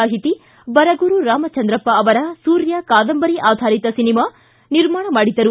ಸಾಹಿತಿ ಬರಗೂರು ರಾಮ ಚಂದ್ರಪ್ಪ ಅವರ ಸೂರ್ಯ ಕಾದಂಬರಿ ಆಧಾರಿತ ಸಿನಿಮಾ ನಿರ್ಮಾಣ ಮಾಡಿದ್ದರು